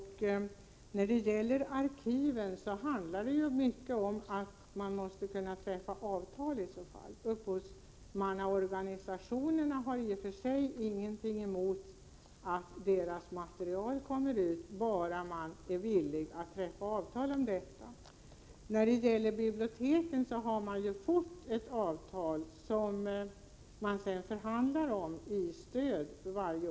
När det gäller arkiven handlar det mycket om att man i så fall måste kunna träffa avtal. UPpphovsmannaorganisationerna har i och för sig ingenting emot att deras material kommer ut, bara man är villig att träffa avtal om detta. När det gäller biblioteken har man fått till stånd ett avtal om stöd, som man sedan varje år förhandlar om att höja.